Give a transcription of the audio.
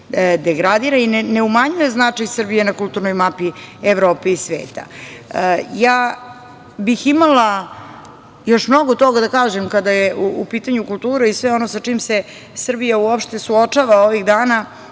degradira i ne umanjuje značaj Srbije na kulturnoj mapi Evrope i sveta. Imala bih još mnogo toga da kažem kada je u pitanju kultura i sve ono sa čim se Srbija uopšte suočava ovih dana,